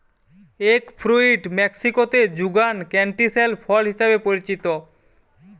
egg fruit মেক্সিকোতে যুগান canistel ফল হিসেবে পরিচিত